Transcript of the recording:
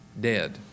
dead